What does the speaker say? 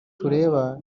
tureba